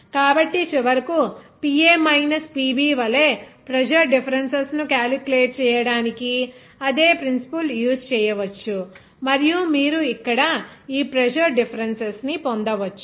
కాబట్టి చివరకు PA minus PB వలె ప్రెజర్ డిఫరెన్సెస్ ను క్యాలిక్యులేట్ చేయడానికి అదే ప్రిన్సిపుల్ యూజ్ చేయవచ్చు మరియు మీరు ఇక్కడ ఈ ప్రెజర్ డిఫరెన్స్ ని పొందవచ్చు